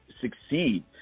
succeed